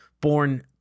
born